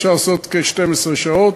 אפשר לעשות כ-12 שעות.